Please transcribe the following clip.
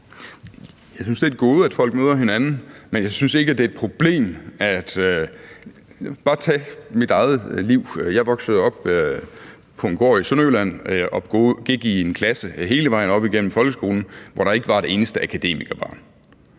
Jeg synes, det er et gode, at folk møder hinanden. Bare tag mit eget liv: Jeg er vokset op på en gård i Sønderjylland og gik i en klasse hele vejen op igennem folkeskolen, hvor der ikke var et eneste akademikerbarn.